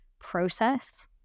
process